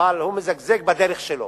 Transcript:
אבל הוא מזגזג בדרך שלו.